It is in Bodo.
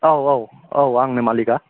औ औ औ आंनो मालिगा